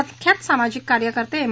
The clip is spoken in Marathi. प्रख्यात सामाजिक कार्यकर्ते एम